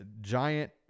giant